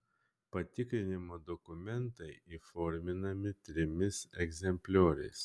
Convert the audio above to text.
patikrinimo dokumentai įforminami trimis egzemplioriais